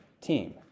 team